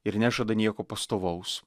ir nežada nieko pastovaus